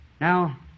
Now